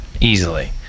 Easily